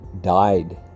died